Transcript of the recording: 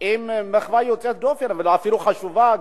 עם מחווה יוצאת דופן ואפילו חשובה,